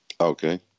Okay